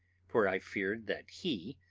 for i feared that he,